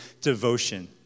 devotion